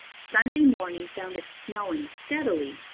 sunday morning found it snowing steadily,